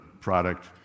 product